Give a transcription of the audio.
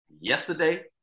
Yesterday